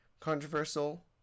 controversial